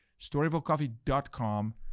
StoryvilleCoffee.com